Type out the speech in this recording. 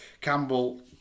Campbell